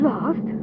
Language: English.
Lost